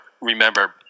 remember